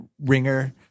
ringer